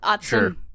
sure